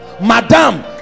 madam